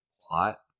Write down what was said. plot